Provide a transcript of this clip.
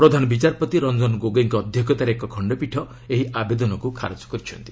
ପ୍ରଧାନ ବିଚାରପତି ରଞ୍ଜନ ଗୋଗୋଇଙ୍କ ଅଧ୍ୟକ୍ଷତାରେ ଏକ ଖଣ୍ଡପୀଠ ଏହି ଆବେଦନକୁ ଖାରଜ କରିଦେଇଛନ୍ତି